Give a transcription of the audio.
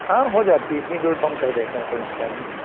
ہاں ہو جاتی ہے اتنی دور تو ہم کر دیتے ہیں کوئی مسئلہ نہیں ہے